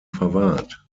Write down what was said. verwahrt